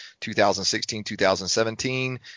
2016-2017